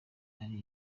ari